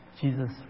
Jesus